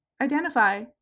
identify